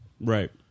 Right